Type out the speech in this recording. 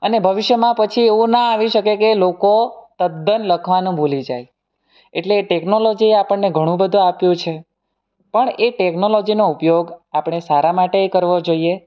અને ભવિષ્યમાં પછી એવું ના આવી શકે કે લોકો તદ્દન લખવાનું ભૂલી જાય એટલે એ ટેકનોલોજીએ આપણને ઘણું બધું આપ્યું છે પણ એ ટેકનોલોજીનો ઉપયોગ આપણે સારા માટે ય કરવો જોઈએ